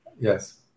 yes